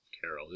Carol